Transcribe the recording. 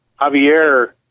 Javier